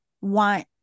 want